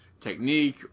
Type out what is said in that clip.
technique